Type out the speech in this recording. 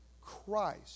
Christ